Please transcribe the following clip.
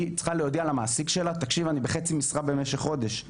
היא צריכה להודיע למעסיק שלה 'תקשיב אני בחצי משרה במשך חודש',